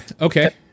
Okay